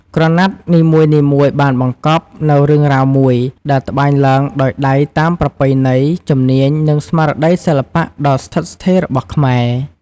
ក្រណាត់នីមួយៗបានបង្កប់នូវរឿងរ៉ាវមួយ ដែលត្បាញឡើងដោយដៃតាមប្រពៃណី ជំនាញ និងស្មារតីសិល្បៈដ៏ស្ថិតស្ថេររបស់ខ្មែរ។